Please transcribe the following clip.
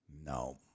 No